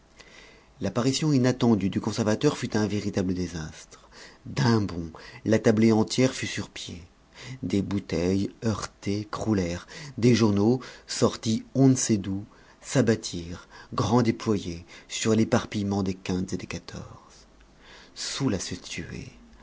l'apparition inattendue du conservateur fut un véritable désastre d'un bond la tablée entière fut sur pied des bouteilles heurtées croulèrent des journaux sortis on ne sait d'où s'abattirent grand déployés sur l'éparpillement des quintes et des quatorze saouls à